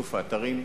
שיתוף האתרים,